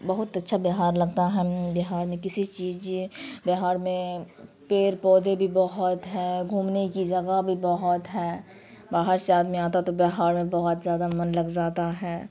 بہت اچھا بہار لگتا ہے بہار میں کسی چیز بہار میں پیڑ پودے بھی بہت ہیں گھومنے کی جگہ بھی بہت ہے باہر سے آدمی آتا ہے تو بہار میں بہت زیادہ من لگ زاتا ہے